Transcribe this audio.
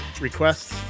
requests